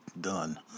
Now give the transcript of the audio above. done